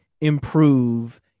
improve